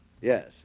Yes